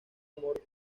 amor